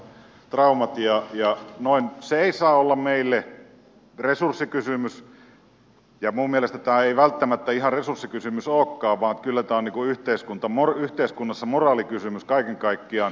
se ei saa olla meille resurssikysymys ja minun mielestäni tämä ei välttämättä ihan resurssikysymys olekaan vaan kyllä tämä on yhteiskunnassa moraalikysymys kaiken kaikkiaan